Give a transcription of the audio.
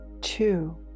two